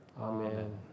Amen